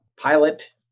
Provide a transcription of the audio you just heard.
pilot